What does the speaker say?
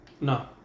No